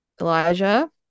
Elijah